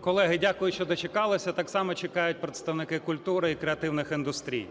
Колеги, дякую, що дочекалися. Так само чекають представники культури і креативних індустрій.